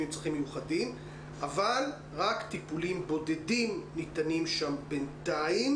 עם צרכים מיוחדים אבל רק טיפולים בודדים ניתנים שם בינתיים,